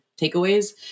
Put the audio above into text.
takeaways